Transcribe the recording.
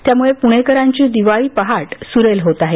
त्यामुळे पुणेकरांची दिवाळी पहाट सुरेल होत आहे